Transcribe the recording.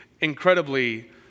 incredibly